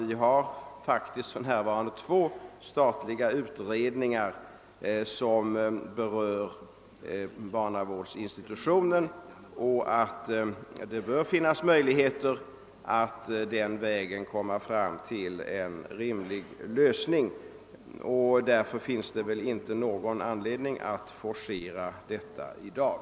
Vi har ju faktiskt för närvarande två statliga utredningar som arbetar med frågan om barnavårdsinstitutionen, och det bör finnas möjligheter att på den vägen komma fram till en rimlig lösning. Därför finns det väl inte någon anledning att forcera denna sak i dag.